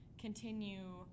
continue